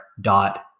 dot